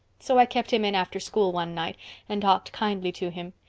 so i kept him in after school one night and talked kindly to him.